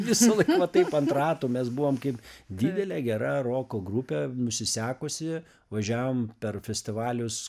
visąlaik va taip ant ratų mes buvom kaip didelė gera roko grupė nusisekusi važiavom per festivalius